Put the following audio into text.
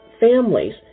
families